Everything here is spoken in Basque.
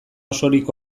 osorik